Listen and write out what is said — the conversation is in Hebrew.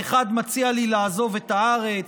האחד מציע לי לעזוב את הארץ,